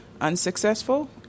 unsuccessful